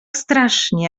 strasznie